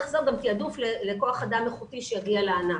זו גם תעדוף לכוח אדם איכותי שיגיע לענף.